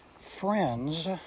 friends